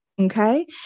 Okay